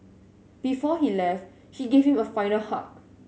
before he left she gave him a final hug